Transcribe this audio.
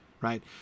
right